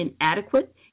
inadequate